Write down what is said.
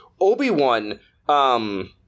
Obi-Wan